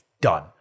Done